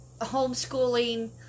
homeschooling